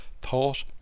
Thought